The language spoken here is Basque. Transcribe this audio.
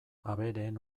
abereen